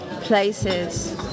places